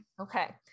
okay